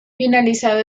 finalizado